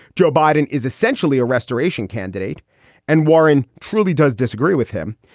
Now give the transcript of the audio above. joe biden is essentially a restoration candidate and warren truly does disagree with him.